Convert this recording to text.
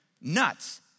nuts